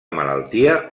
malaltia